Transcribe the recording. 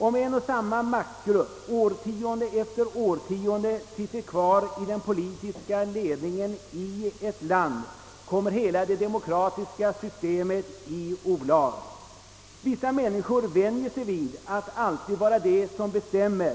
Om en och samma maktgrupp årtionde efter årtionde sitter kvar i den politiska ledningen i ett land, kommer hela det demokratiska systemet i olag. Vissa människor vänjer sig vid att alltid vara de som bestämmer.